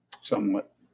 Somewhat